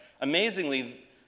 Amazingly